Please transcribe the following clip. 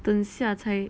等下才